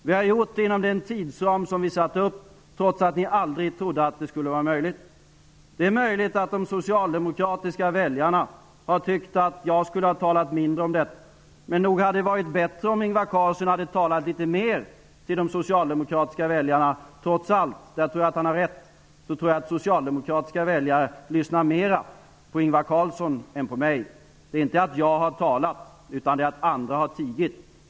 Vi har gjort det inom den tidsram som vi satte upp, trots att ni aldrig trodde att det skulle kunna vara möjligt. Det är möjligt att de socialdemokratiska väljarna har tyckt att jag skulle ha talat mindre om detta. Men nog hade det varit bättre om Ingvar Carlsson hade talat litet mera till de socialdemokratiska väljarna -- trots allt. Jag tror att han har rätt i det. Jag tror att socialdemokratiska väljare lyssnar mera på Ingvar Carlsson än på mig. Problemet med Europaopinionen är inte att jag har talat utan att andra har tigit.